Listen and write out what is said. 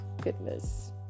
goodness